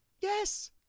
Yes